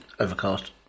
overcast